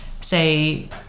say